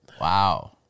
wow